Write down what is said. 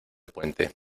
puente